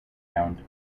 count